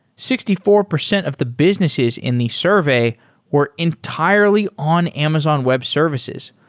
sixty four percent of the businesses in the survey were entirely on amazon web services,